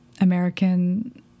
American